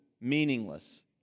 meaningless